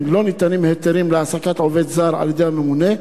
לא ניתנים היתרים להעסקת עובד זר על-ידי הממונה,